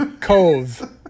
Cove